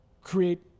create